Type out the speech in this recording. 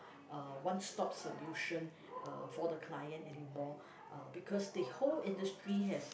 uh one stop solution uh for the client anymore uh because the whole industry has